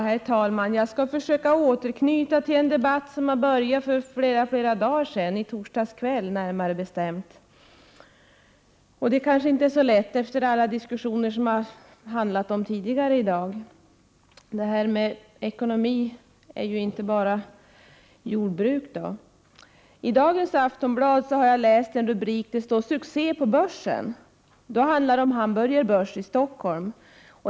Herr talman! Jag skall försöka återknyta till en debatt som började för flera dagar sedan, i torsdags kväll närmare bestämt. Det kanske inte är så lätt efter alla diskussioner som har varit här i dag. Ekonomi är ju inte bara jordbruk. I dagens Aftonbladet har jag läst en rubrik som säger ”Succé på Börsen”. Det handlar om Hamburger börs i Stockholm.